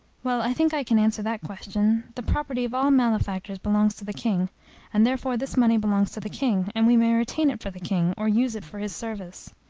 well, i think i can answer that question. the property of all malefactors belongs to the king and therefore this money belongs to the king and we may retain it for the king, or use it for his service.